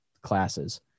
classes